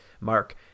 mark